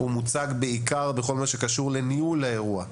שהנושא הוא בעיקר כל מה שקשור לניהול האירוע.